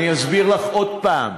אני אסביר לך עוד הפעם.